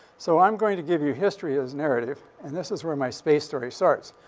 so i'm going to give you history as narrative, and this is where my space story starts.